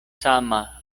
sama